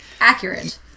accurate